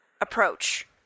approach